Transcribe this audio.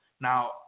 now